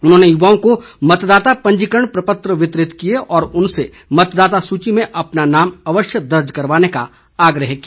उन्होंने युवाओं को मतदाता पंजीकरण प्रपत्र वितरित किए और उनसे मतदाता सूची में अपना नाम अवश्य दर्ज करवाने का आग्रह किया